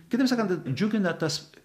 kitaip sakant džiugina tas